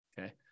Okay